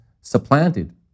supplanted